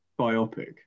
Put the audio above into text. biopic